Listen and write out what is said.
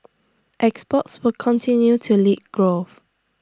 exports will continue to lead growth